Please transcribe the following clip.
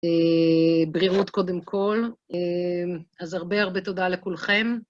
ברירות קודם כל, אז הרבה הרבה תודה לכולכם.